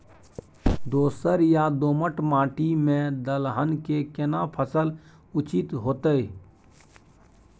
दोरस या दोमट माटी में दलहन के केना फसल उचित होतै?